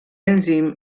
enzyme